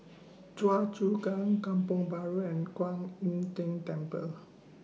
Choa Chu Kang Kampong Bahru and Kwan Im Tng Temple